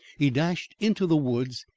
he dashed into the woods,